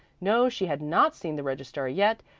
no, she had not seen the registrar yet,